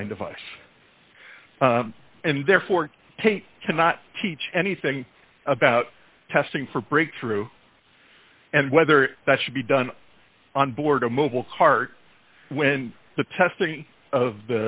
claim device and therefore cannot teach anything about testing for breakthrough and whether that should be done on board a mobile cart when the testing of